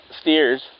steers